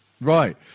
Right